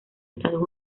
estados